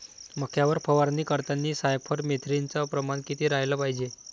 मक्यावर फवारनी करतांनी सायफर मेथ्रीनचं प्रमान किती रायलं पायजे?